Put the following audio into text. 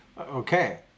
Okay